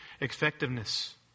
effectiveness